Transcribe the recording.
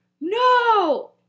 No